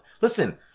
Listen